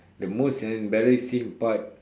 the most embarrassing part